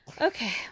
okay